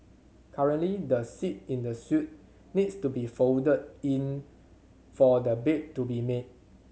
currently the seat in the suite needs to be folded in for the bed to be made